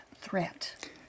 threat